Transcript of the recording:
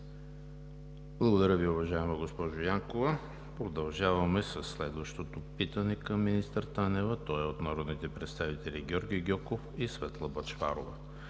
Благодаря Ви, уважаема госпожо Янкова. Продължаваме със следващото питане към министър Танева от народните представители Георги Гьоков и Светла Бъчварова